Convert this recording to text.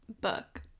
book